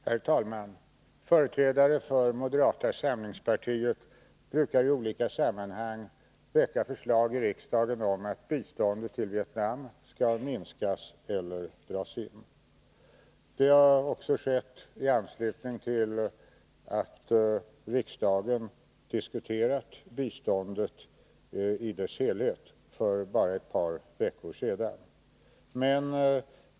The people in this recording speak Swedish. Herr talman! Företrädare för moderata samlingspartiet brukar i olika sammanhang väcka förslag i riksdagen om att biståndet till Vietnam skall minskas eller dras in. Detta skedde också i anslutning till att riksdagen diskuterade biståndet i dess helhet för bara ett par veckor sedan.